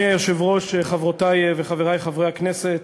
חברותי וחברי חברי הכנסת,